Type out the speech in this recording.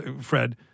Fred